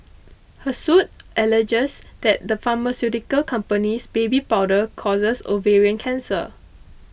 her suit alleges that the pharmaceutical company's baby powder causes ovarian cancer